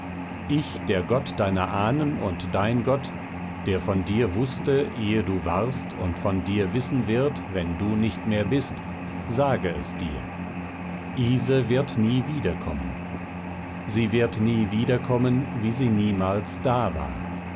ich der gott deiner ahnen und dein gott der von dir wußte ehe du warst und von dir wissen wird wenn du nicht mehr bist sage es dir ise wird nie wiederkommen sie wird nie wiederkommen wie sie niemals da war